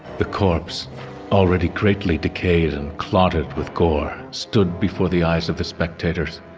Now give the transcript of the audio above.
the corpse already greatly decayed and clotted with gore stood before the eyes of the spectators.